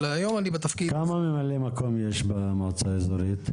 כמה ממלאי מקום יש במועצה האזורית?